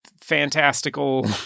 fantastical